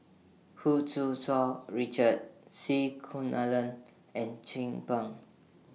Hu Tsu Tau Richard C Kunalan and Chin Peng